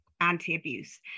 anti-abuse